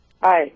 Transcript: Hi